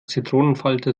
zitronenfalter